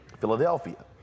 Philadelphia